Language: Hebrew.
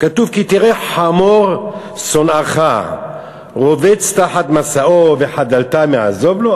כתוב: כי תראה חמור שונאך רובץ תחת משאו וחדלת מעזוב לו,